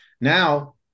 now